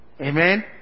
Amen